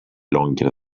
longer